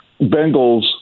Bengals